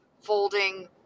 folding